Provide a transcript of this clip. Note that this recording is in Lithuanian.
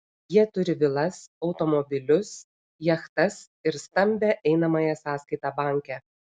jie turi vilas automobilius jachtas ir stambią einamąją sąskaitą banke